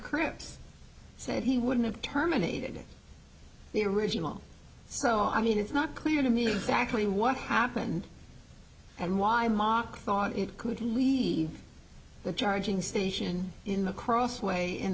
cripps said he wouldn't have terminated the original so i mean it's not clear to me exactly what happened and why mock thought it could lead to charging station in the crossway